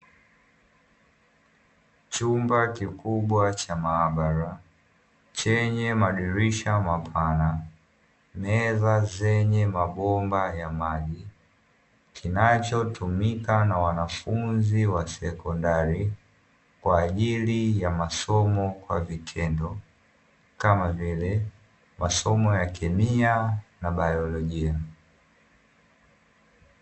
Chumba kikubwa cha maabara chenye madirisha mapana, meza zenye mabomba ya maji, kinachotumika na wanafunzi wa sekondari kwa ajili ya masomo kwa vitendo kama vile masomo ya kemia na baiolojia.